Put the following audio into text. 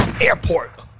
airport